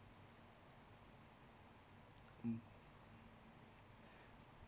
um